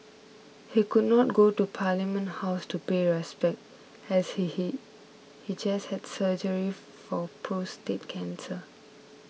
he could not go to Parliament House to pay respect as he he he just had surgery for prostate cancer